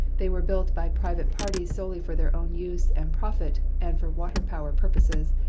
they were built by private parties solely for their own use and profit and for water-power purposes,